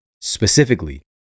specifically